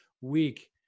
week